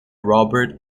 robert